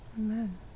Amen